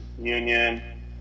Union